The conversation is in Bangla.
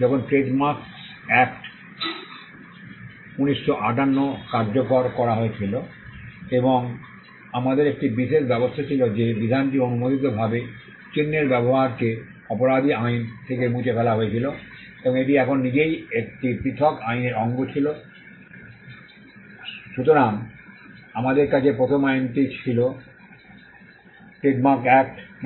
যখন ট্রেডমার্কস অ্যাক্ট ১958 কার্যকর করা হয়েছিল এবং আমাদের একটি বিশেষ ব্যবস্থা ছিল যে বিধানটি অননুমোদিতভাবে চিহ্নের ব্যবহারকে অপরাধী আইন থেকে মুছে ফেলা হয়েছিল এবং এটি এখন নিজেই একটি পৃথক আইনের অঙ্গ ছিল a সুতরাং আমাদের কাছে প্রথম আইনটি হল ট্রেডমার্ক অ্যাক্ট 1958